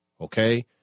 okay